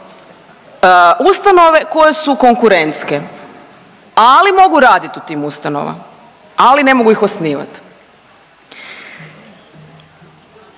ustanove koje su konkurentske, ali mogu radit u tim ustanovama, ali ne mogu ih osnivat.